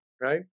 right